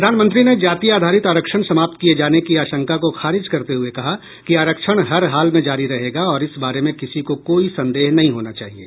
प्रधानमंत्री ने जाति आधारित आरक्षण समाप्त किये जाने के आशंका को खारिज करते हुये कहा कि आरक्षण हरहाल में जारी रहेगा और इस बारे में किसी को कोई संदेह नहीं होना चाहिये